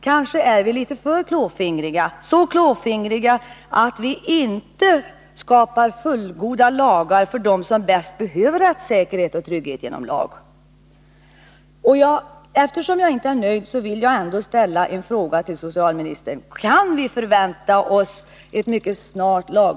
Kanske är vi litet klåfingriga, så klåfingriga att vi inte skapar fullgoda lagar för dem som bäst behöver rättssäkerhet och trygghet genom lag!